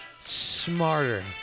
smarter